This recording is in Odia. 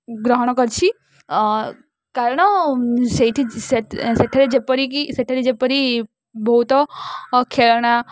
ଗ୍ରହଣ କରିଛି କାରଣ ସେଇଠି ସେଠାରେ ଯେପରିକି ସେଠାରେ ଯେପରି ବହୁତ ଖେଳଣା